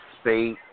State